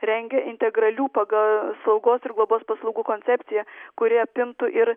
rengia integralių pagal slaugos ir globos paslaugų koncepciją kuri apimtų ir